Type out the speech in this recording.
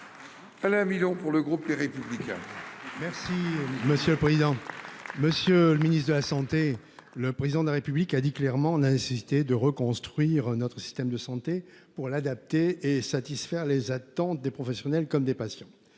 Alain Milon. Pour le groupe Les Républicains. Merci monsieur le président. Monsieur le ministre de la Santé. Le président de la République a dit clairement, on a insisté de reconstruire notre système de santé pour l'adapter et satisfaire les attentes des professionnels comme des patients,